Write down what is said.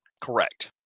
Correct